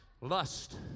lust